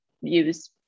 use